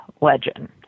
legend